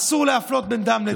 אסור להפלות בין דם לדם.